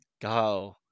go